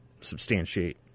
substantiate